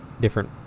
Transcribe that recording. different